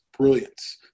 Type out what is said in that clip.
brilliance